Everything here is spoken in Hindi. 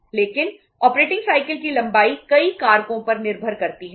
लेकिन ऑपरेटिंग साइकिल की लंबाई कई कारकों पर निर्भर करती है